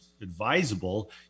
advisable